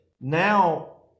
now